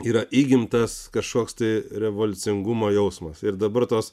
yra įgimtas kažkoks tai revoliucingumo jausmas ir dabar tos